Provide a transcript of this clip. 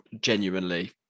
genuinely